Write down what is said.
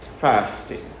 fasting